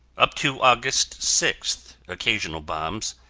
up to august sixth, occasional bombs,